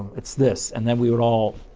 it's this. and then we would all